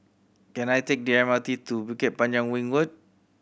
can I take the M R T to Bukit Panjang Ring Road